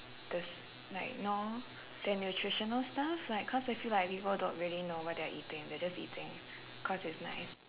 the s~ like know their nutritional stuff like cause I feel like people don't really know what they're eating they're just eating cause it's nice